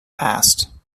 past